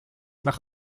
nach